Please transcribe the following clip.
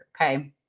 Okay